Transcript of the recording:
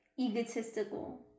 egotistical